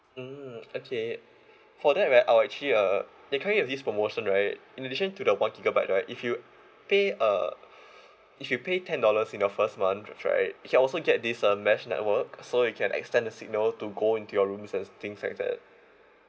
mm okay for that right I'll actually uh we currently have this promotion right in addition to the one gigabyte right if you pay a if you pay ten dollars in your first month right you can also get this uh mesh network so you can extend the signal to go into your rooms and things like that